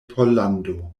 pollando